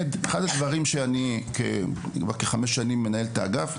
אני כחמש שנים מנהל את האגף,